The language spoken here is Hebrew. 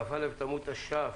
כ"א בתמוז התש"ף,